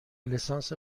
لیسانس